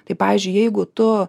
tai pavyzdžiui jeigu tu